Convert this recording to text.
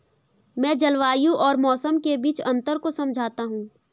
मैं जलवायु और मौसम के बीच अंतर को समझता हूं